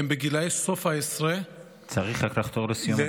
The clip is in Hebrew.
הם מבגילי סוף העשרה צריך רק לחתור לסיום,